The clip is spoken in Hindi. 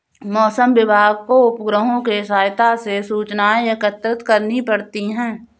मौसम विभाग को उपग्रहों के सहायता से सूचनाएं एकत्रित करनी पड़ती है